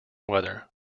weather